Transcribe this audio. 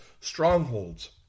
strongholds